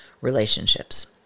relationships